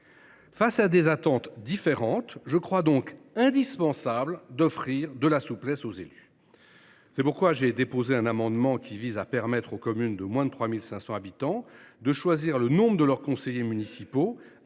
Face à des attentes différentes, je pense donc qu’il est indispensable d’offrir de la souplesse aux élus. C’est pourquoi j’ai déposé un amendement tendant à permettre aux communes de moins de 3 500 habitants de choisir le nombre de leurs conseillers municipaux